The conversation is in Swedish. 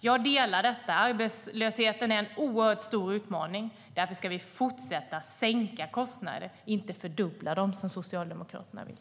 Jag delar uppfattningen att arbetslösheten är en oerhört stor utmaning. Därför ska vi fortsätta att sänka kostnaderna - inte fördubbla dem, som Socialdemokraterna vill.